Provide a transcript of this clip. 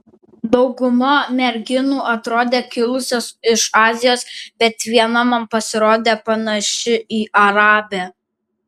dauguma merginų atrodė kilusios iš azijos bet viena man pasirodė panaši į arabę